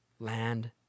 Land